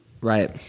Right